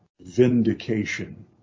vindication